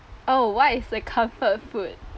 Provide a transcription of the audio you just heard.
oh what is like comfort food